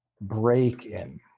break-in